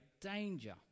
danger